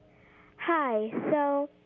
hi, so